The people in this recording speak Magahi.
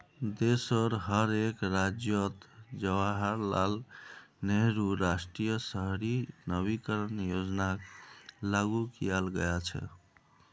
देशोंर हर एक राज्यअत जवाहरलाल नेहरू राष्ट्रीय शहरी नवीकरण योजनाक लागू कियाल गया छ